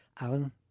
Alan